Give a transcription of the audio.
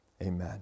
amen